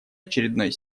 очередной